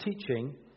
teaching